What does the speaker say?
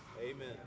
Amen